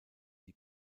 die